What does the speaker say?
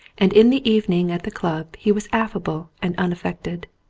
and in the eve ning at the club he was affable and unaffected.